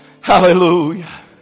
Hallelujah